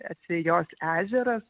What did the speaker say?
asvejos ežeras